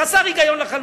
זה חסר היגיון לחלוטין,